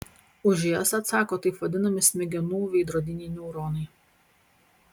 už jas atsako taip vadinami smegenų veidrodiniai neuronai